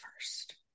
first